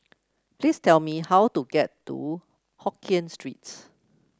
please tell me how to get to Hokien Streets